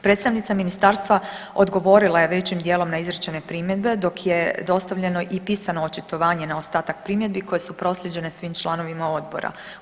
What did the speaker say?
Predstavnica ministarstva odgovorila je većim dijelom na izrečene primjedbe dok je dostavljeno i pisano očitovanje na ostatak primjedbi koje su proslijeđene svim članovima odborima.